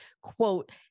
quote